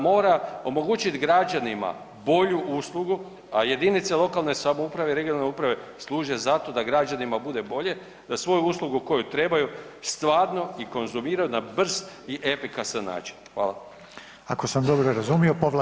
Mora omogućiti građanima bolju uslugu, a jedinice lokalne samouprave i regionalne uprave služe za to da građanima bude bolje da svoju uslugu koju trebaju stvarno i konzumiraju na brz i efikasan način.